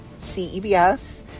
CEBS